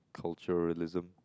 culturalism